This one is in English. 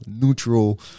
neutral